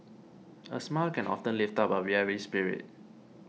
a smile can often lift up a weary spirit